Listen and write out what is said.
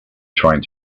trying